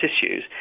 tissues